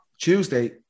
Tuesday